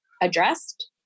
addressed